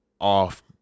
off